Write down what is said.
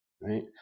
right